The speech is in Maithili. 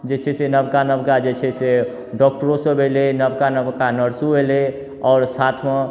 जे छै से नबका नबका जे छै से डॉक्टरो सब एलै नबका नबका नर्सो अयलै आओर साथमे